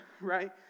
Right